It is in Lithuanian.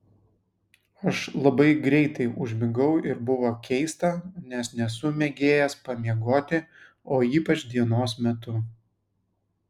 aš labai greitai užmigau ir buvo keista nes nesu mėgėjas pamiegoti o ypač dienos metu